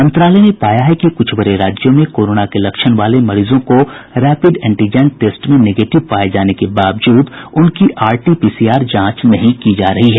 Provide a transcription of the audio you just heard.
मंत्रालय ने पाया है कि कुछ बड़े राज्यों में कोरोना के लक्षण वाले मरीजों को रेपिड एंटीजन टेस्ट में नेगेटिव पाये जाने के बावजूद उनकी आरटी पीसीआर जांच नहीं की जा रही है